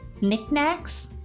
knickknacks